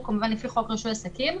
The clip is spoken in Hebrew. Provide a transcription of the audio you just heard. ההיתר הוא לפי חוק רישוי עסקים.